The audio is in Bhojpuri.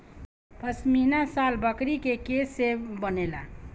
पश्मीना शाल बकरी के केश से बनेला